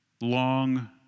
long